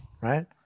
Right